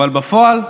אבל בפועל,